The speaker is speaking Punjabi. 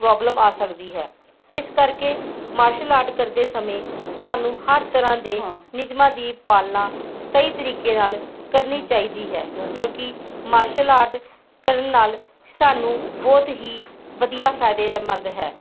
ਪ੍ਰੋਬਲਮ ਆ ਸਕਦੀ ਹੈ ਇਸ ਕਰਕੇ ਮਾਰਸ਼ਲ ਆਰਟ ਕਰਦੇ ਸਮੇਂ ਸਾਨੂੰ ਹਰ ਤਰ੍ਹਾਂ ਦੇ ਨਿਯਮਾਂ ਦੀ ਪਾਲਣਾ ਸਹੀ ਤਰੀਕੇ ਨਾਲ ਕਰਨੀ ਚਾਹੀਦੀ ਹੈ ਕਿਉਂਕਿ ਮਾਰਸ਼ਲ ਆਰਟ ਕਰਨ ਨਾਲ ਸਾਨੂੰ ਬਹੁਤ ਹੀ ਵਧੀਆ ਫਾਇਦੇਮੰਦ ਹੈ